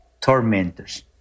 tormentors